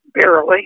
barely